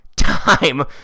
time